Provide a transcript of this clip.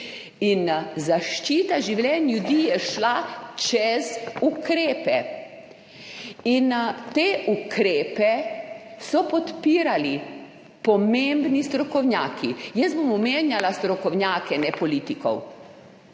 Zaščita življenj ljudi je šla čez ukrepe in te ukrepe so podpirali pomembni strokovnjaki. Jaz bom omenjala strokovnjake, ne politikov.